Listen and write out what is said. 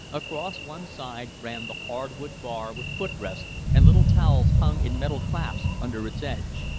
across one side ran the hard-wood bar with foot-rest and little towels hung in metal clasps under its edge.